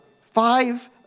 five